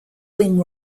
wing